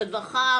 רווחה,